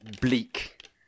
bleak